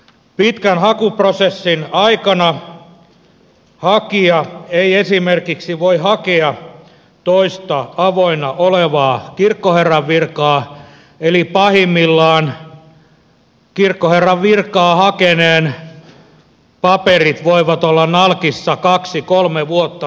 pitkän hakuprosessin aikana hakija ei esimerkiksi voi hakea toista avoinna olevaa kirkkoherran virkaa eli pahimmillaan kirkkoherran virkaa hakeneen paperit voivat olla nalkissa kaksi kolme vuotta